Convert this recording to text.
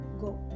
go